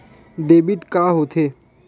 Debit का होथे?